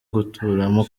guturamo